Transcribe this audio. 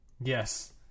yes